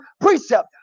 precept